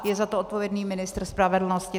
Je za to odpovědný ministr spravedlnosti.